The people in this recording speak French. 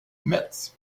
metz